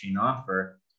offer